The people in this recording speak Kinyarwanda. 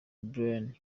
brian